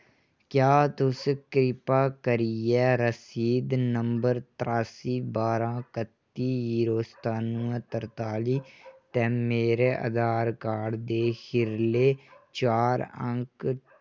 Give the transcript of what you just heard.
क्या तुस कृपा करियै रसीद नंबर त्रासी बारां कत्ती जीरो सतानुऐ त्रताली ऐ ते मेरे आधार कार्ड दे खीरले चार अंक